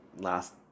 last